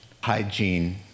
hygiene